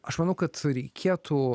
aš manau kad reikėtų